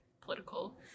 political